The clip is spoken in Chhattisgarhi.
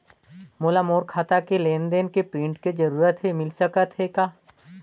मोला मोर खाता के लेन देन के प्रिंट के जरूरत हे मिल सकत हे का?